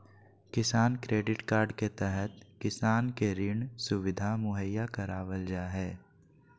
किसान credit card के तहत किसान के ऋण सुविधा मुहैया करावल जा हय